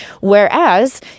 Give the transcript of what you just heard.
whereas